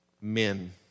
Men